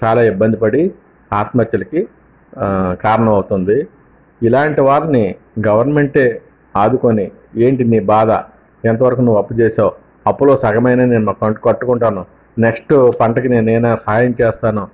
చాలా ఇబ్బంది పడి ఆత్మహత్యలకి కారణం అవుతుంది ఇలాంటి వారిని గవర్నమెంటే ఆదుకొని ఏంటి నీ బాధ ఎంతవరకు నువ్వు అప్పు చేసావు అప్పులో సగమైన నేను కట్టుకుంటాను నెక్స్ట్ పంటకి నేను ఏమైనా సహాయం చేస్తాను